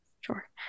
sure